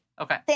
Okay